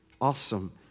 awesome